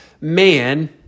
man